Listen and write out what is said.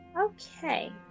Okay